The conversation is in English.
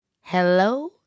hello